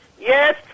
Yes